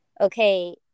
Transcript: okay